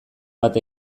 bat